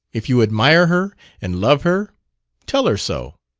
if you admire her and love her tell her so!